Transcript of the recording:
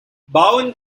bowen